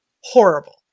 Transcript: horrible